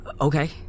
okay